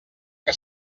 que